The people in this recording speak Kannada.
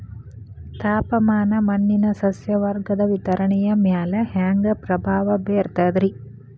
ತಾಪಮಾನ ಮಣ್ಣಿನ ಸಸ್ಯವರ್ಗದ ವಿತರಣೆಯ ಮ್ಯಾಲ ಹ್ಯಾಂಗ ಪ್ರಭಾವ ಬೇರ್ತದ್ರಿ?